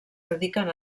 dediquen